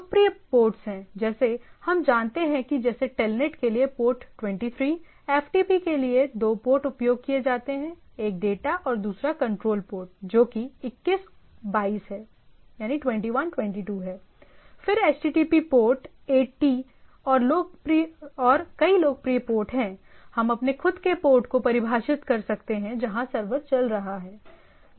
लोकप्रिय पोर्टस हैं जैसे हम जानते हैं कि जैसे टेलनेट के लिए पोर्ट 23 एफ़टीपी के लिए 2 पोर्ट उपयोग किए जाते हैं एक डेटा और दूसरा कंट्रोल पोर्ट जोकि 21 22 है फिर एचटीटीपी पोर्ट 80 और कई लोकप्रिय पोर्ट हैं हम अपने खुद के पोर्ट को परिभाषित कर सकते हैं जहां सर्वर चल रहा है